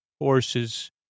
horses